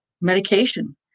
medication